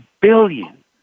billion